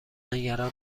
نگران